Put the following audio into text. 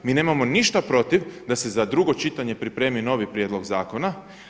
Mi nemamo ništa protiv da se za drugo čitanje pripremi novi prijedlog zakona.